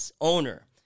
owner